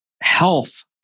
Health